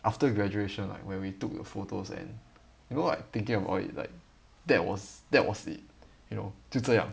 after graduation like when we took the photos and you know like thinking about it like that was that was it you know 就这样